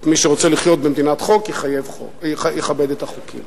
מי שרוצה לחיות במדינת חוק, יכבד את החוקים.